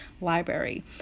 library